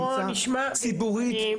ציבורית,